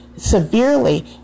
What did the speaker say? Severely